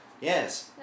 Yes